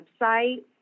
website